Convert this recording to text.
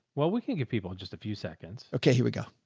well, we can give people just a few seconds. okay. here we go.